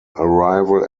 arrival